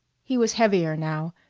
he was heavier now,